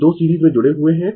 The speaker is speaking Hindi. ये 2 सीरीज में जुड़े हुए है